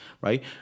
right